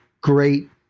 great